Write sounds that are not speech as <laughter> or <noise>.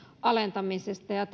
alentamisesta ja <unintelligible>